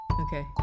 okay